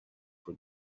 for